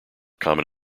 common